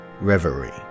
Reverie